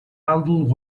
adult